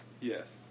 Yes